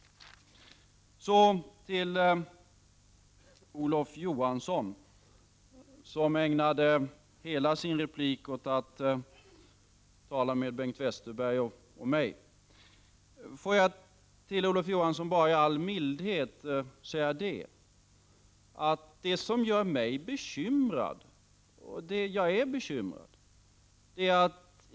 Jag vänder mig så till Olof Johansson, som ägnade hela sin repliktid åt att tala med Bengt Westerberg och mig. I all mildhet vill jag säga till honom att jag är bekymrad.